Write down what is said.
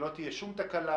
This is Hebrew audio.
שלא תהיה שום תקלה,